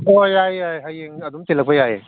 ꯍꯣꯏ ꯌꯥꯏꯌꯦ ꯌꯥꯏꯌꯦ ꯍꯌꯦꯡ ꯑꯗꯨꯝ ꯊꯤꯜꯂꯛꯄ ꯌꯥꯏꯌꯦ